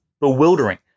bewildering